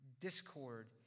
discord